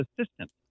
assistant